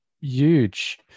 huge